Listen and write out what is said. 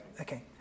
Okay